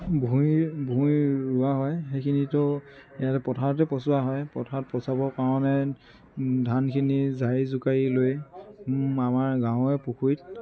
ভূমিৰ ভূমিৰ ৰোৱা হয় সেইখিনিতো এই পথাৰতে পচোৱা হয় পথাৰত পচাবৰ কাৰণে ধানখিনি জাৰি জোকাৰি লৈ আমাৰ গাঁৱৰে পুখুৰীত